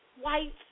white